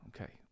Okay